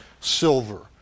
silver